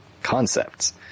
Concepts